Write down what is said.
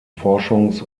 forschungs